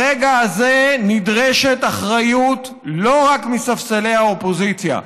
ברגע הזה נדרשת אחריות לא רק מספסלי האופוזיציה.